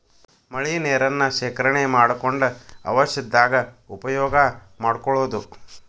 ಮಳಿ ನೇರನ್ನ ಶೇಕರಣೆ ಮಾಡಕೊಂಡ ಅವಶ್ಯ ಇದ್ದಾಗ ಉಪಯೋಗಾ ಮಾಡ್ಕೊಳುದು